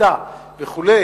תשתיתה וכו',